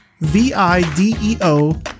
V-I-D-E-O